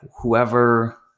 whoever